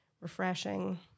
refreshing